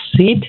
sit